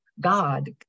God